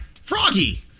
Froggy